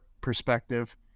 perspective